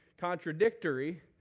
contradictory